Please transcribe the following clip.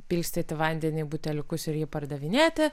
pilstyti vandenį į buteliukus ir jį pardavinėti